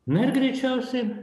na ir greičiausiai